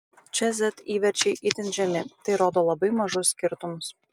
čia z įverčiai itin žemi tai rodo labai mažus skirtumus